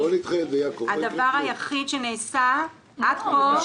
הדבר היחיד שנעשה עד כה הוא